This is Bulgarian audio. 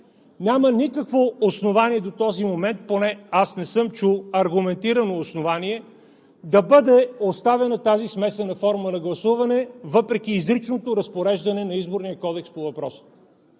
Няма никакво основание, до този момент поне не съм чул аргументирано основание, да бъде оставена смесената форма на гласуване въпреки изричното разпореждане на Изборния кодекс по въпроса.